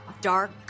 dark